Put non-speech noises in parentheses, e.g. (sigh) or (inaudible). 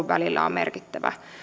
(unintelligible) välillä on merkittävä